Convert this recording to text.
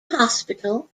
hospital